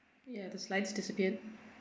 yeah the slides disappeared